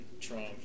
Trump